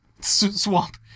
Swamp